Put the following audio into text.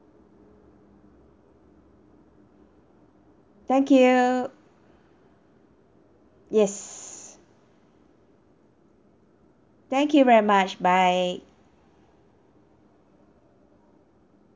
thank you yes thank you very much bye